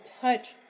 touch